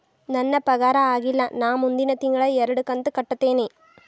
ನನ್ನ ಪಗಾರ ಆಗಿಲ್ಲ ನಾ ಮುಂದಿನ ತಿಂಗಳ ಎರಡು ಕಂತ್ ಕಟ್ಟತೇನಿ